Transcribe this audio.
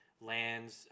lands